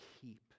keep